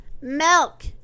Milk